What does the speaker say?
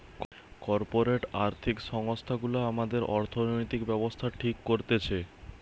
corporate আর্থিক সংস্থা গুলা আমাদের অর্থনৈতিক ব্যাবস্থা ঠিক করতেছে